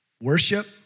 Worship